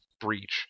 breach